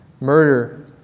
murder